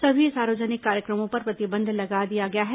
सभी सार्यजनिक कार्यक्रमों पर प्रतिबंध लगा दिया गया है